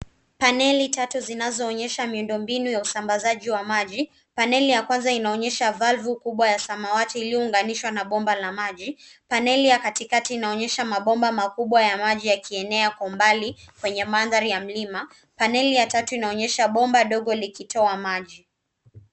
Paneli tatu zinaonyesha mfumo wa usambazaji wa maji. Paneli ya kwanza inaonyesha valvu kubwa ya samawati iliyounganishwa na bomba kuu la maji. Paneli ya kati inaonyesha mabomba makubwa ya maji ya kawaida yakipanda kwenye milima. Paneli ya tatu inaonyesha bomba dogo likitoa mtiririko wa maji.